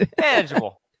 manageable